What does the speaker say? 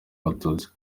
abatutsi